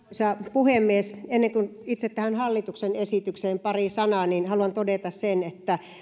puhemies ennen kuin itse tähän hallituksen esitykseen pari sanaa niin haluan todeta sen että on